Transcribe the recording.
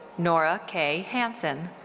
nora k. hansen.